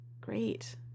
Great